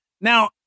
Now